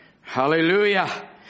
Hallelujah